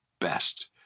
best